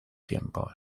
tiempos